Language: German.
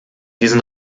diesen